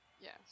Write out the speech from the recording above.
Yes